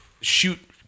shoot